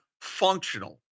functional